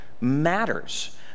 matters